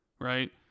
right